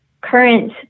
current